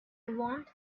want